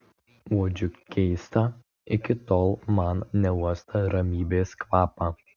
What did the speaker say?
uodžiu keistą iki tol mano neuostą ramybės kvapą